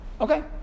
okay